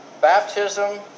baptism